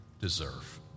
deserve